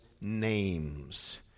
names